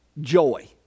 joy